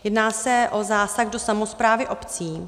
Jedná se o zásah do samosprávy obcí.